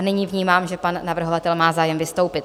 Nyní vnímám, že pan navrhovatel má zájem vystoupit.